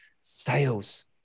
sales